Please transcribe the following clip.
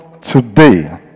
today